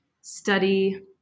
study